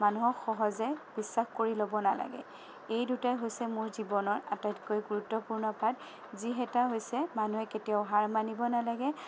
মানুহক সহজে বিশ্বাস কৰি ল'ব নালাগে এই দুটাই হৈছে মোৰ জীৱনৰ আটাইতকৈ গুৰুত্বপূৰ্ণ পাঠ যি এটা হৈছে মানুহে কেতিয়াও হাৰ মানিব নেলাগে